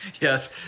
Yes